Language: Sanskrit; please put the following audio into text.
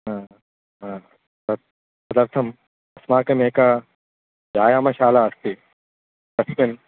हा हा तत् तदर्थम् अस्माकम् एका व्यायामाशाला अस्ति तस्मिन्